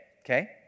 Okay